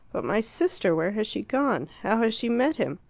but my sister where has she gone? how has she met him?